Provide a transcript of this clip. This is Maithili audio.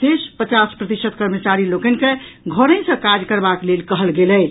शेष पचास प्रतिशत कर्मचारी लोकनि के घरहिँ सँ कार्य करबाक लेल कहल गेल अछि